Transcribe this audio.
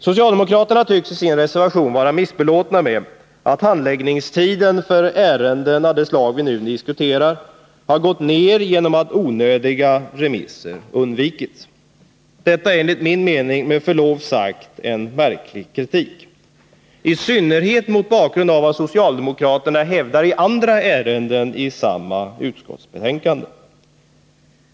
Socialdemokraterna tycks vara missbelåtna med att handläggningstiden för ärenden av det slag vi nu diskuterar har gått ned genom att onödiga remisser har undvikits. Detta är enligt min mening, med förlov sagt, en märklig kritik, i synnerhet mot bakgrund av vad socialdemokraterna hävdar i andra ärenden i samma utskottsbetänkande.